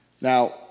Now